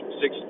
six